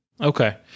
Okay